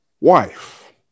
wife